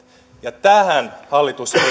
tähän hallitus ei